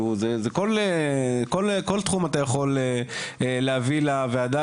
כל תחום אתה יכול להביא לוועדה,